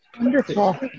Wonderful